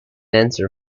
answer